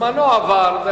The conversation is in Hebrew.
זמנו עבר,